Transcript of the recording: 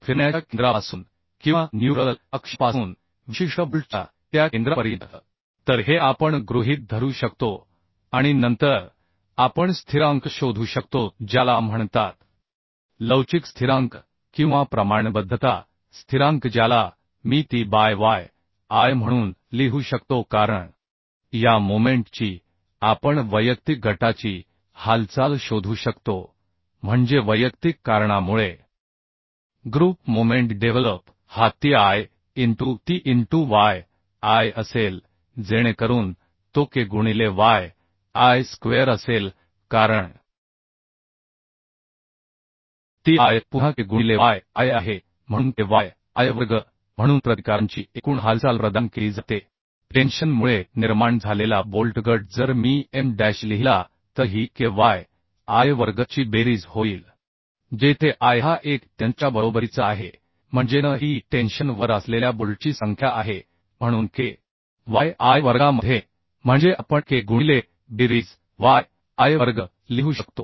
फिरण्याच्या केंद्रापासून किंवा न्यूट्रल अक्षापासून विशिष्ट बोल्टच्या त्या केंद्रापर्यंत तर हे आपण गृहित धरू शकतो आणि नंतर आपण स्थिरांक शोधू शकतो ज्याला म्हणतात लवचिक स्थिरांक किंवा प्रमाणबद्धता स्थिरांक ज्याला मी ti बाय yi म्हणून लिहू शकतो कारण या मोमेंट ची आपण वैयक्तिक गटाची वैयक्तिक कारणामुळे मोमेंट शोधू शकतो ग्रुप मोमेंट डेव्हलप हा ti I into ti into yi असेल जेणेकरून तो k गुणिले yi स्क्वेअर असेल कारण ti आय पुन्हा k गुणिले yi आहे म्हणून kyi वर्ग म्हणून प्रतिकारांची एकूण हालचाल प्रदान केली जाते टेन्शन मुळे निर्माण झालेला बोल्ट गट जर मी M डॅश लिहिला तर ही kyi वर्ग ची बेरीज होईल जेथे i हा 1 ते n च्या बरोबरीचा आहे म्हणजे n ही टेन्शन वर असलेल्या बोल्टची संख्या आहे म्हणून k yi वर्गामध्ये म्हणजे आपण k गुणिले बेरीज yi वर्ग लिहू शकतो